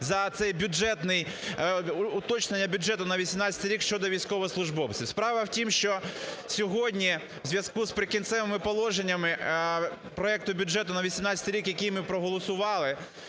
за цей бюджетний... уточнення бюджету на 2018 рік щодо військовослужбовців. Справа в тім, що сьогодні в зв'язку із "Прикінцевими положеннями" проекту бюджету на 2018 рік, який ми проголосували,